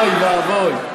אוי ואבוי.